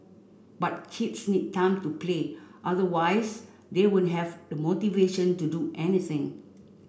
but kids need time to play otherwise they won't have the motivation to do anything